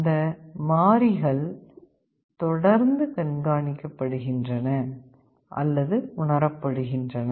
அந்த மாறிகள் தொடர்ந்து கண்காணிக்கப்படுகின்றன அல்லது உணரப்படுகின்றன